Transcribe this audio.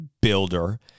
builder